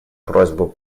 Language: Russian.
просьбу